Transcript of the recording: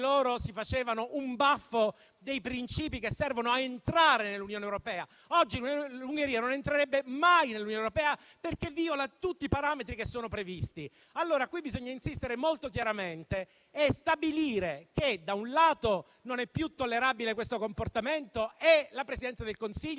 loro si facevano un baffo dei principi che servono a entrare nell'Unione europea. Oggi l'Ungheria non entrerebbe mai nell'Unione europea, perché viola tutti i parametri che sono previsti. Qui bisogna insistere molto chiaramente e stabilire che - da un lato - non è più tollerabile questo comportamento. La Presidente del Consiglio